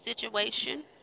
situation